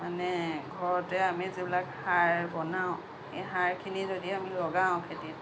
মানে ঘৰতে আমি যিবিলাক সাৰ বনাওঁ এই সাৰখিনি যদি আমি লগাও খেতিত